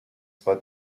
zwei